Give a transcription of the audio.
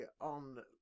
on